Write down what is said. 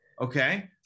Okay